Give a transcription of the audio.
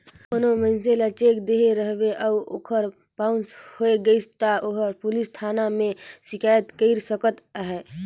कोनो मइनसे ल चेक देहे रहबे अउ ओहर बाउंस होए गइस ता ओहर पुलिस थाना में सिकाइत कइर सकत अहे